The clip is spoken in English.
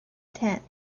tenth